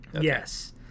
Yes